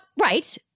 Right